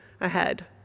ahead